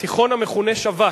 התיכון המכונה שב"ץ,